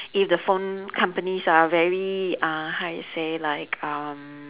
if the phone companies are very uh how you say like um